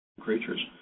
creatures